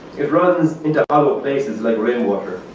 it runs into hollow bases like rainwater.